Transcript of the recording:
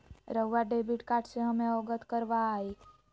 रहुआ debit card से हमें अवगत करवाआई?